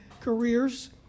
careers